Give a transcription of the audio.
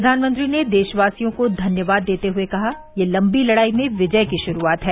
प्रधानमंत्री ने देशवासियों को धन्यवाद देते हुए कहा यह लंबी लड़ाई में विजय की शुरूआत है